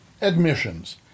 Admissions